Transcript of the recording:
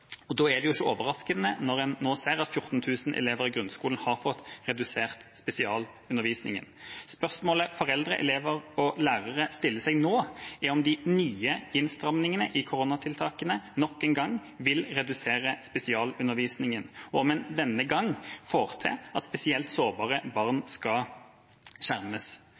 Da er det ikke overraskende når en nå ser at 14 000 elever i grunnskolen har fått redusert spesialundervisningen. Spørsmålet foreldre, elever og lærere stiller seg nå, er om de nye innstrammingene i koronatiltakene nok en gang vil redusere spesialundervisningen, og om en denne gangen får til at spesielt sårbare barn skal skjermes.